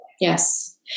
yes